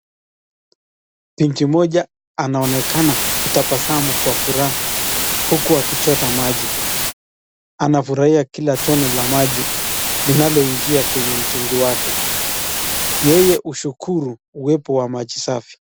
Binti mmoja anaonekana kutabasamu kwa furaha huku akichota maji. Anafurahia kila tone la maji linaloingia kwenye mtungi wake. Yeye hushukuru uwepo wa maji safi.